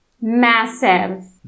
massive